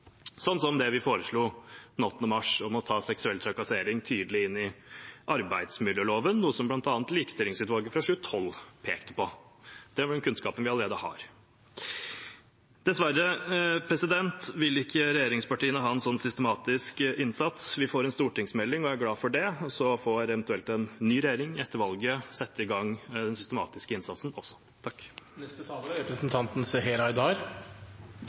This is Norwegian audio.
som det vi foreslo 8. mars om å ta seksuell trakassering tydelig inn i arbeidsmiljøloven, noe bl.a. Likestillingsutvalget fra 2012 pekte på. Det er den kunnskapen vi allerede har. Dessverre vil ikke regjeringspartiene ha en sånn systematisk innsats. Vi får en stortingsmelding og er glad for det, så får eventuelt en ny regjering etter valget sette i gang den systematiske innsatsen også.